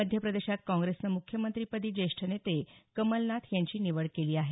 मध्यप्रदेशात काँप्रेसनं मुख्यमंत्रिपदी ज्येष्ठ नेते कमलनाथ यांची निवड केली आहे